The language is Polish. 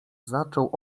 zaczął